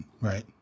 right